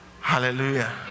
Hallelujah